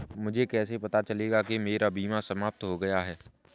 मुझे कैसे पता चलेगा कि मेरा बीमा समाप्त हो गया है?